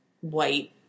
white